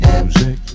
Music